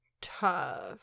tough